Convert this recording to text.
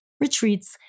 retreats